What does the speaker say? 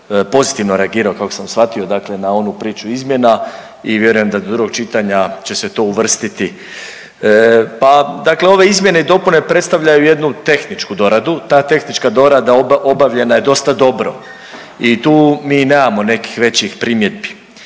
pozitivno reagirao kako sam shvatio dakle na onu priču izmjena i vjerujem da do drugog čitanja će se to uvrstiti. Pa dakle ove izmjene i dopune predstavljaju jednu tehničku doradu, ta tehnička dorada obavljena je dosta dobro i tu mi nemamo nekih većih primjedbi,